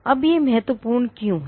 अब यह महत्वपूर्ण क्यों है